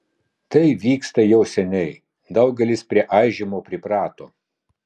tai vyksta jau seniai daugelis prie aižymo priprato